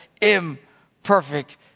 imperfect